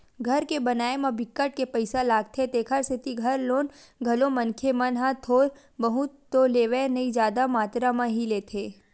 घर के बनाए म बिकट के पइसा लागथे तेखर सेती घर लोन घलो मनखे मन ह थोर बहुत तो लेवय नइ जादा मातरा म ही लेथे